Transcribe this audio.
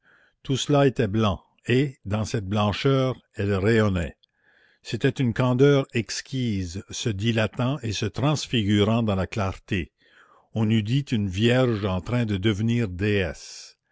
tout cela était blanc et dans cette blancheur elle rayonnait c'était une candeur exquise se dilatant et se transfigurant dans la clarté on eût dit une vierge en train de devenir déesse